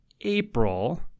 April